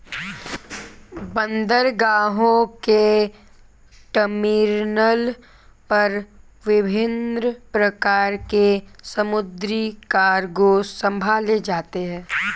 बंदरगाहों के टर्मिनल पर विभिन्न प्रकार के समुद्री कार्गो संभाले जाते हैं